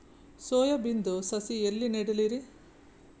Soya ಬಿನದು ಸಸಿ ಎಲ್ಲಿ ನೆಡಲಿರಿ?